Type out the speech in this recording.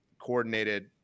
coordinated